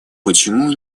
почему